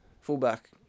fullback